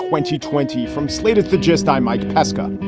twenty twenty from slate at the gist. i'm mike pesca. and